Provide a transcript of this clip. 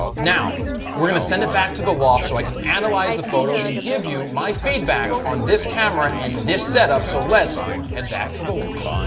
now we're going to send it back to the loft, so i can analyze the photos and give you my feedback on this camera and this setup. so, let's head back to the loft.